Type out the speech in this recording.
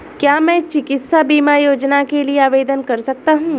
क्या मैं चिकित्सा बीमा योजना के लिए आवेदन कर सकता हूँ?